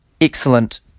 excellent